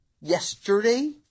yesterday